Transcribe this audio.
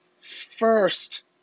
first